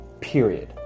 Period